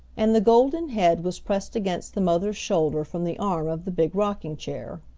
and the golden head was pressed against the mother's shoulder from the arm of the big rocking chair.